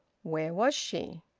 where was she?